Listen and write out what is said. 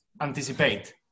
anticipate